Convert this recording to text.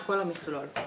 לכל המכלול.